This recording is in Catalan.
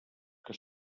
que